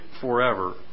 forever